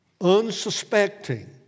Unsuspecting